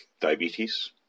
diabetes